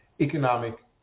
economic